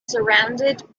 surrounded